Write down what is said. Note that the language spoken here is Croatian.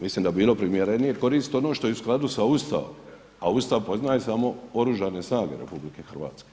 Mislim da bi bilo primjerenije koristiti ono što je u skladu s Ustavom, a Ustav poznaje samo Oružane snage RH.